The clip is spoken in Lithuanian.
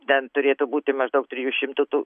bent turėtų būti maždaug trijų šimtų